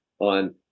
on